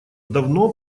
давно